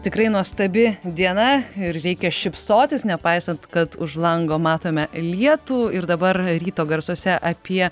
tikrai nuostabi diena ir reikia šypsotis nepaisant kad už lango matome lietų ir dabar ryto garsuose apie